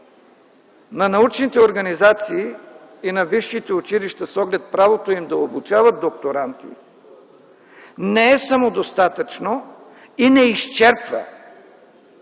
на научните организации и на висшите училища с оглед правото им да обучават докторанти не е самодостатъчно и не изчерпва